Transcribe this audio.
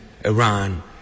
Iran